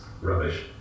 rubbish